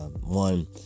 one